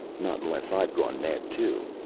not unless i've gone mad, too,